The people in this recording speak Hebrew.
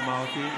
לא נכון.